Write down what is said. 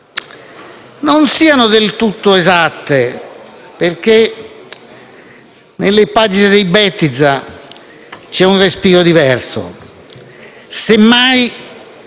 non siano del tutto esatte, perché nelle pagine di Bettiza c'è un respiro diverso.